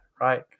Right